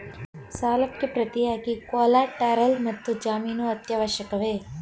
ಸಾಲಕ್ಕೆ ಪ್ರತಿಯಾಗಿ ಕೊಲ್ಯಾಟರಲ್ ಮತ್ತು ಜಾಮೀನು ಅತ್ಯವಶ್ಯಕವೇ?